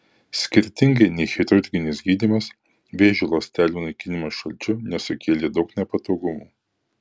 skirtingai nei chirurginis gydymas vėžio ląstelių naikinimas šalčiu nesukėlė daug nepatogumų